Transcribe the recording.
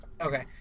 Okay